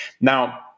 Now